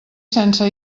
sense